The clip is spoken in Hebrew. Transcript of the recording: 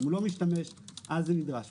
אם לא, אז זה נדרש.